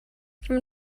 from